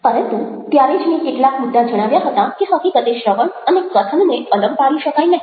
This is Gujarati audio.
પરંતુ ત્યારે જ મેં કેટલાક મુદ્દા જણાવ્યા હતા કે હકીકતે શ્રવણ અને કથનને અલગ પાડી શકાય નહિ